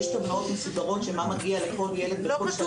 יש טבלאות מסודרות של מה מגיע לכל ילד בכל שלב